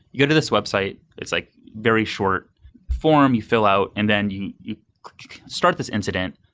you go to this website, it's like very short form you fill out, and then you you start this incident.